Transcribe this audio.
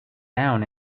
down